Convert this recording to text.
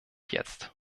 jetzt